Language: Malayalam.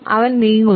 അവൻ നീങ്ങുന്നു